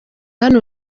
hano